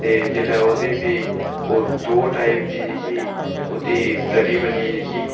ते जिसलै ओह्दी भी दो टाइप दी जेह्की ओह्दी तरी बनी जेह्की